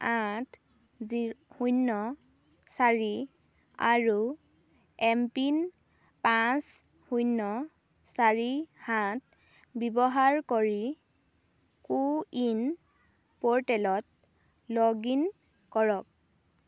আঠ শূন্য চাৰি আৰু এমপিন পাঁচ শূন্য চাৰি সাত ব্যৱহাৰ কৰি কো ৱিন প'ৰ্টেলত লগ ইন কৰক